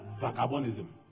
vagabondism